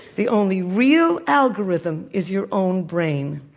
the only real algorithm is your own brain.